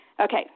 Okay